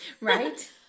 right